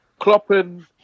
Kloppen